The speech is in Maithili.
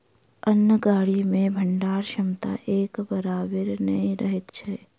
अन्न गाड़ी मे भंडारण क्षमता एक बराबरि नै रहैत अछि